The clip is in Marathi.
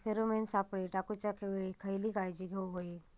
फेरोमेन सापळे टाकूच्या वेळी खयली काळजी घेवूक व्हयी?